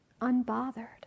unbothered